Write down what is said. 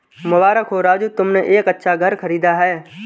मुबारक हो राजू तुमने एक अच्छा घर खरीदा है